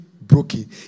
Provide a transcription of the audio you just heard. broken